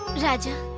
raja!